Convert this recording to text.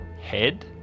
head